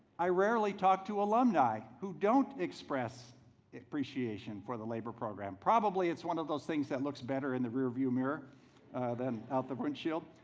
i rarely talk to alumni who don't express appreciation for the labor program. probably it's one of those things, that looks better in the rearview mirror than out the windshield.